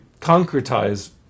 concretize